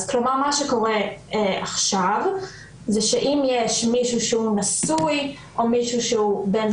אז מה שקורה עכשיו זה שאם יש מישהו שהוא נשוי או מישהו שהוא בן